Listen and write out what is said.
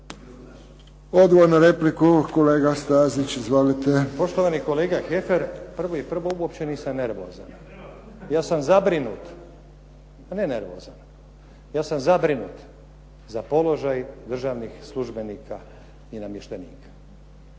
Izvolite. **Stazić, Nenad (SDP)** Poštovani kolega Heffer, prvo i prvo uopće nisam nervozan. Ja sam zabrinut, a ne nervozan. Ja sam zabrinut za položaj državnih službenika i namještenika.